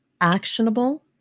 actionable